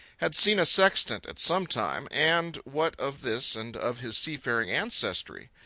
had seen a sextant at some time, and, what of this and of his seafaring ancestry,